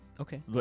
Okay